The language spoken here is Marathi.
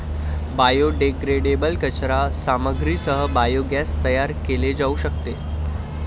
बायोडेग्रेडेबल कचरा सामग्रीसह बायोगॅस तयार केले जाऊ शकते